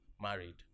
married